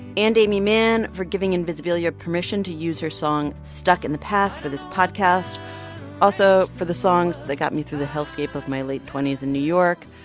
and aimee mann for giving invisibilia permission to use her song stuck in the past for this podcast also for the songs that got me through the hellscape of my late twenty s in new york.